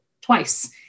twice